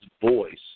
voice